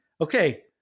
Okay